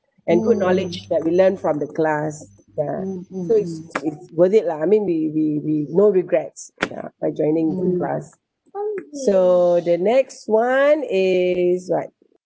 and for knowledge what we learn from the class ya so it's it's worth it lah I mean we we we no regrets ya by joining the class so the next [one] is what